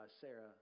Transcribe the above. Sarah